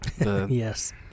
yes